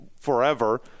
forever